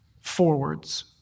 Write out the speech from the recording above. forwards